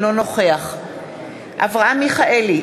אינו נוכח אברהם מיכאלי,